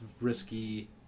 risky